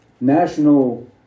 national